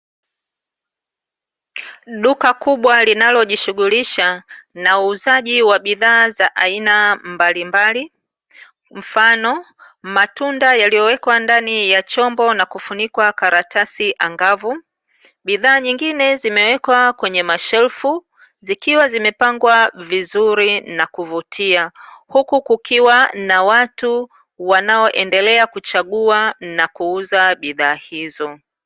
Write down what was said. Duka kubwa linalojishugulisha na uuzaji wa bidhaa za aina mbalimbali, mfano; matunda yaliyowekwa ndani chombo na kufunikwa karatasi angavu, bidhaa nyingine zimewekwa kwenye mashelfu, zikiwa zimepangwa vizuri na kuvutia. Huku kukiwa na watu wanaoendelea kuchagua na kuuza bidhaa hizo.